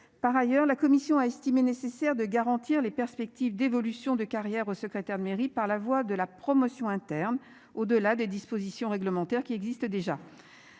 Par ailleurs, la commission a estimé nécessaire de garantir les perspectives d'évolution de carrière au secrétaire de mairie, par la voie de la promotion interne au delà des dispositions réglementaires qui existent déjà.